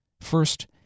First